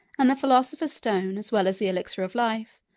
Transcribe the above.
and the philosopher's stone, as well as the elixir of life,